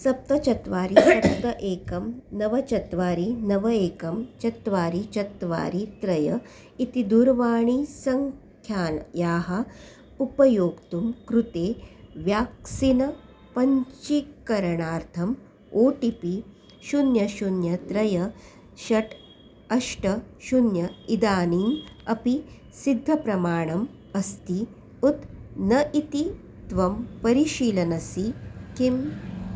सप्त चत्वारि सप्त एकं नव चत्वारि नव एकं चत्वारि चत्वारि त्रय इति दूरवाणीसङ्ख्यायाः उपयोक्तुं कृते व्याक्सिन पञ्जीकरणार्थम् ओ टि पि शून्यं शून्यं त्रीणि षट् अष्ट शून्यम् इदानीम् अपि सिद्धप्रमाणम् अस्ति उत न इति त्वं परिशीलयसि किम्